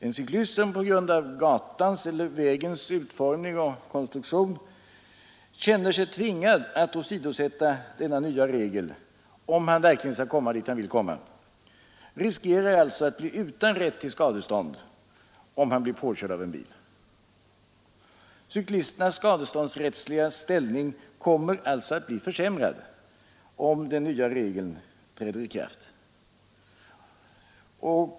En cyklist som på grund av gatans eller vägens utformning och konstruktion känner sig tvingad att åsidosätta denna nya regel för att verkligen komma dit han vill komma, riskerar alltså att bli utan rätt till skadestånd om han blir påkörd av en bil. Cyklisternas skadeståndsrättsliga ställning kommer således att bli försämrad, om den nya regeln träder i kraft.